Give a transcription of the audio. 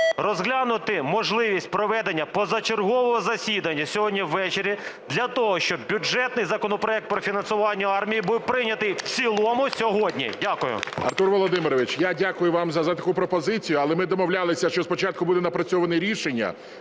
розглянути можливість проведення позачергового засідання сьогодні ввечері для того, щоб бюджетний законопроект про фінансування армії був прийнятий в цілому сьогодні. Дякую.